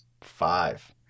Five